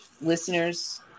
listeners